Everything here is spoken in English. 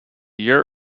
year